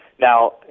Now